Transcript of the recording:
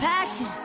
passion